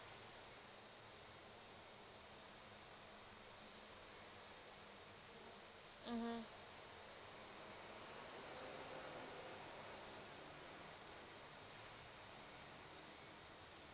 mmhmm